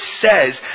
says